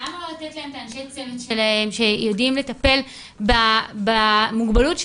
למה לא לתת להם את אנשי הצוות שלהם שיודעים לטפל במוגבלות שלהם,